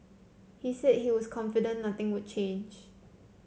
he said he was confident nothing would change